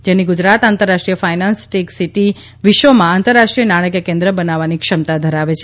જેની ગુજરાત આંતરરાષ્ટ્રીય finance tech city વિશ્વમાં આંતરરાષ્ટ્રીય નાણાકીય કેન્દ્ર બનવાની ક્ષમતા ધરાવે છે